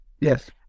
Yes